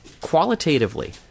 qualitatively